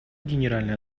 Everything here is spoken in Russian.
генеральной